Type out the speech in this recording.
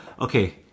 Okay